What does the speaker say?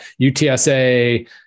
UTSA